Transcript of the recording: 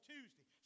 Tuesday